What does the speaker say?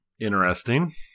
Interesting